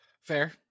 Fair